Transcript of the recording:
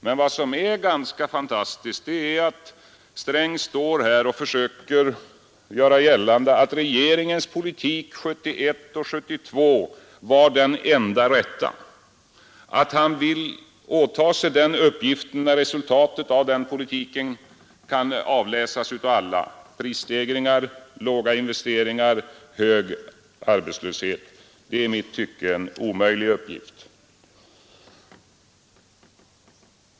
Men vad som är ganska fantastiskt är att herr Sträng försöker göra gällande att regeringens politik 1971 och 1972 var den enda rätta. Det är i mitt tycke en omöjlig uppgift som man därmed tar på sig, när resultatet av den politiken kan avläsas av alla — prisstegringar, låga investeringar, hög arbetslöshet.